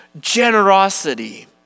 generosity